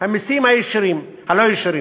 למען הקלת סבלם של אנשים, למען